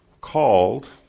called